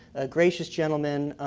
a gracious gentlemen,